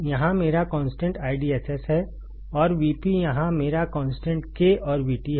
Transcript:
यहाँ मेरा constant IDSS है और VP यहाँ मेरा कॉन्स्टेंट K और VT है